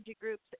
groups